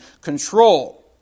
control